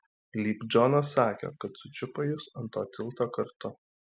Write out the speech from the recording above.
lyg džonas sakė kad sučiupo jus ant to tilto kartu